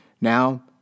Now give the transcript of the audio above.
Now